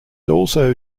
also